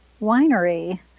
winery